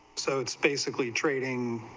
so it's basically trading